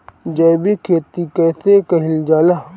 जैविक खेती कईसे कईल जाला?